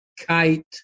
kite